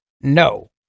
no